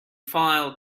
file